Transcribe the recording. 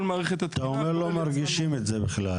מערכת התקינה --- אתה אומר שלא מרגישים את זה בכלל.